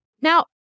Now